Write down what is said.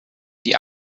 die